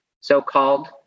so-called